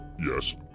Yes